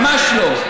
ממש לא.